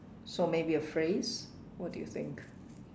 so maybe a phrase what do you think